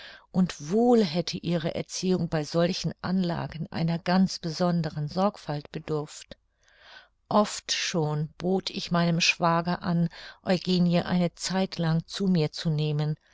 und wohl hätte ihre erziehung bei solchen anlagen einer ganz besonderen sorgfalt bedurft oft schon bot ich meinem schwager an eugenie eine zeitlang zu mir zu nehmen